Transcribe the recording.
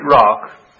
rock